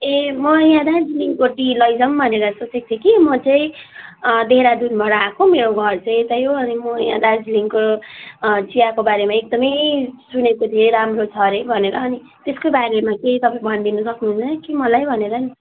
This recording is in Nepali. ए म यहाँ दार्जिलिङको टी लैजाउँ भनेर सोचेको थिएँ कि म चाहिँ देहरादुनबाट आएको मेरो घर चाहिँ त्यहीँ हो अनि म यहाँ दार्जिलिङको चियाको बारेमा एकदमै सुनेको थिएँ राम्रो छ अरे भनेर अनि त्यसको बारेमा केही तपाईँ भनिदिन सक्नुहुन्छ कि मलाई भनेर नि